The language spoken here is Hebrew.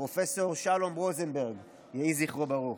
פרופ' שלום רוזנברג, יהי זכרו ברוך.